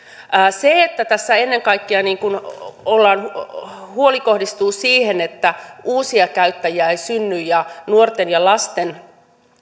sitä että tässä ennen kaikkea huoli kohdistuu siihen että uusia käyttäjiä ei synny ja nuorten ja lasten